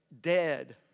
dead